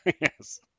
Yes